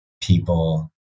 people